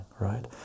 right